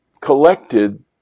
collected